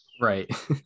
Right